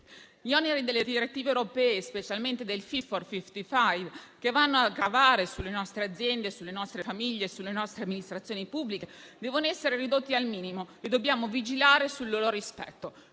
Gli oneri delle direttive europee, specialmente del Fit for 55, che vanno a gravare sulle nostre aziende, sulle nostre famiglie e sulle nostre amministrazioni pubbliche, devono essere ridotti al minimo e dobbiamo vigilare sul loro rispetto.